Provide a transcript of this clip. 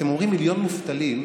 אתם אומרים: מיליון מובטלים.